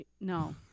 no